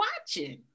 watching